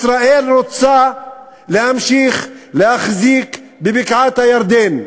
ישראל רוצה להמשיך להחזיק בבקעת-הירדן,